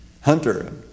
hunter